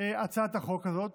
הצעת החוק הזאת